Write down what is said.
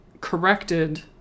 corrected